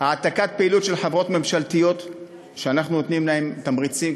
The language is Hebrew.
העתקת פעילות של חברות ממשלתיות שאנחנו נותנים להן תמריצים,